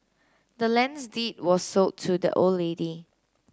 the land's deed was sold to the old lady